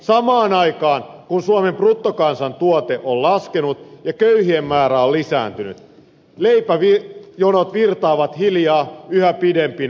samaan aikaan kun suomen bruttokansantuote on laskenut ja köyhien määrä on lisääntynyt leipäjonot virtaavat hiljaa yhä pidempinä